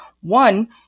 one